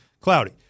cloudy